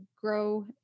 grow